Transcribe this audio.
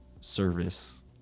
service